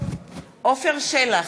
עפר שלח,